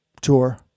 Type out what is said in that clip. tour